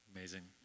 Amazing